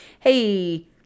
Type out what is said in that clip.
hey